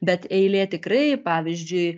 bet eilė tikrai pavyzdžiui